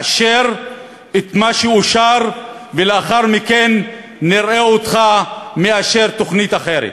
אשר את מה שאושר ולאחר מכן נראה אותך מאשר תוכנית אחרת.